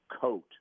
coat